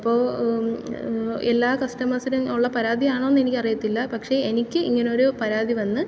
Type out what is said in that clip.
അപ്പോൾ എല്ലാ കസ്റ്റമേഴ്സിനും ഉള്ള പരാതി ആണോ എന്ന് എനിക്ക് അറിയത്തില്ല പക്ഷേ എനിക്ക് ഇങ്ങനൊരു പരാതി വന്ന്